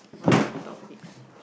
what other topics